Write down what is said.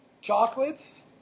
Chocolates